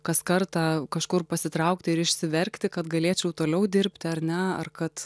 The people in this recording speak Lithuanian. kas kartą kažkur pasitraukti ir išsiverkti kad galėčiau toliau dirbti ar ne ar kad